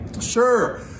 Sure